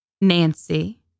Nancy